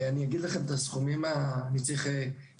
אני אגיד לכם את הסכומים, אני צריך דקה.